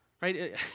Right